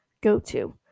go-to